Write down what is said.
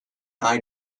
eye